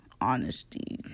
Honesty